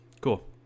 Cool